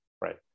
Right